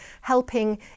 helping